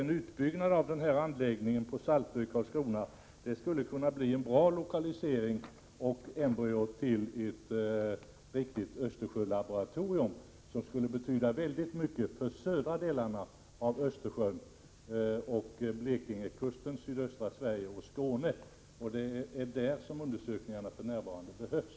En utbyggnad av denna anläggning på Saltö i Karlskrona skulle kunna bli en bra lokalisering och embryot till ett riktigt Östersjölaboratorium, som skulle betyda mycket för de södra delarna av Östersjön och Blekingekusten, sydöstra Sverige och Skåne. Det är där som undersökningarna för närvarande behövs.